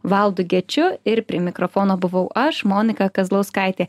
valdu gečiu ir prie mikrofono buvau aš monika kazlauskaitė